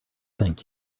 thank